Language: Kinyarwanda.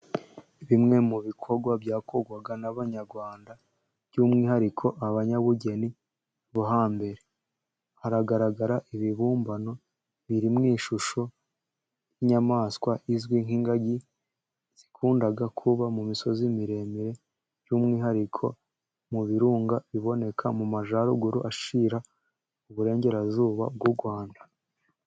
Bimwe mu bikorwa byakorwaga n'abanyarwanda, by'umwihariko abanyabugeni bo hambere haragaragara ibibumbano biri mu ishusho y'inyamaswa izwi nk'ingagi, zikunda kuba mu misozi miremire, by'umwihariko mu birunga biboneka mu Majyaruguru ashyira u Burengerazuba bw'u Rwanda.